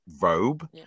robe